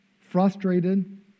frustrated